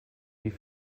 wie